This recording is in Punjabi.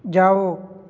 ਜਾਓ